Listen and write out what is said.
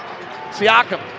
Siakam